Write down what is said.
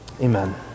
Amen